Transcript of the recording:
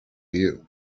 you